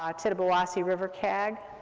um tittabawassee river cag.